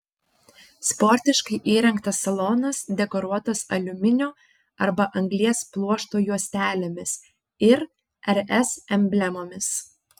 sportiškai įrengtas salonas dekoruotas aliuminio arba anglies pluošto juostelėmis ir rs emblemomis